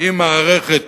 היא מערכת